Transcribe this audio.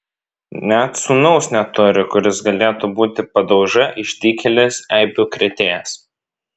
net sūnaus neturi kuris galėtų būti padauža išdykėlis eibių krėtėjas